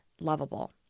lovable